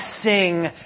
sing